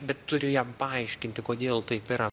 bet turi jam paaiškinti kodėl taip yra